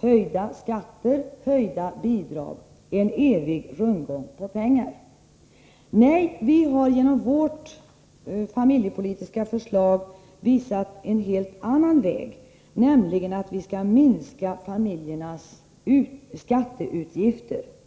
höjda skatter och återigen höjda bidrag i en evig rundgång med pengar. Nej, vi har i vårt familjepolitiska förslag anvisat en helt annan väg, nämligen att minska familjernas skatteutgifter.